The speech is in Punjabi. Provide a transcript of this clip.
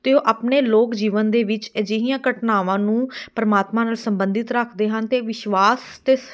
ਅਤੇ ਉਹ ਆਪਣੇ ਲੋਕ ਜੀਵਨ ਦੇ ਵਿੱਚ ਅਜਿਹੀਆਂ ਘਟਨਾਵਾਂ ਨੂੰ ਪਰਮਾਤਮਾ ਨਾਲ ਸੰਬੰਧਿਤ ਰੱਖਦੇ ਹਨ ਅਤੇ ਵਿਸ਼ਵਾਸ ਅਤੇ